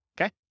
okay